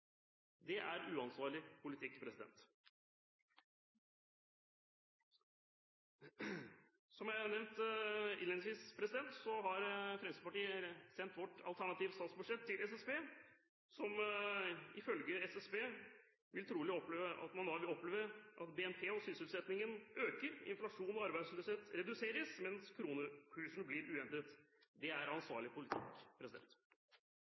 Det er uansvarlig politikk. Som nevnt innledningsvis har Fremskrittspartiet sendt sitt alternative statsbudsjett til SSB. Ifølge SSB vil vi trolig oppleve at BNP og sysselsettingen øker, inflasjon og arbeidsløshet reduseres, mens kronekursen blir uendret. Det er